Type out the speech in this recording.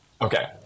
Okay